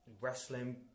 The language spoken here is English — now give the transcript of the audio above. wrestling